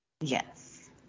Yes